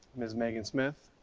ms. megan smith,